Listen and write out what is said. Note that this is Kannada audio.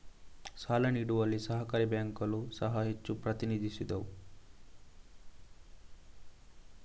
ಸಾಲ ನೀಡುವಲ್ಲಿ ಸಹಕಾರಿ ಬ್ಯಾಂಕುಗಳು ಸಹ ಹೆಚ್ಚು ಪ್ರತಿನಿಧಿಸಿದವು